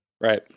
Right